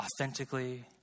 authentically